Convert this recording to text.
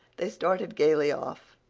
they started gaily off.